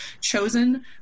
chosen